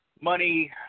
money